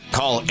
Call